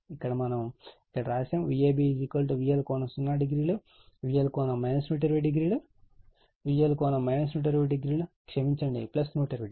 ఇక్కడ మనం ఇక్కడ వ్రాసాము Vab VL ∠00 VL ∠ 1200 VL ∠ 1200 క్షమించండి 120o